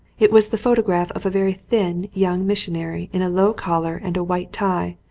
it was the photograph of a very thin young missionary in a low collar and a white tie,